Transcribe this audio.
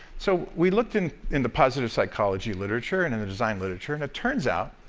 so, we looked in in the positive psychology literature and in the design literature, and it turns out